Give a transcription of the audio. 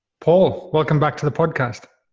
paul, welcome back to the podcast.